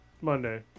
Monday